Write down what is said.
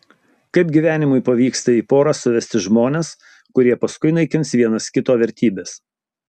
kaip gyvenimui pavyksta į porą suvesti žmones kurie paskui naikins vienas kito vertybes